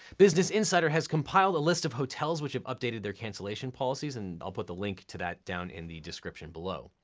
business insider has compiled a list of hotels which have updated their cancellation policies, and i'll put the link to that down in the description below.